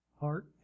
heart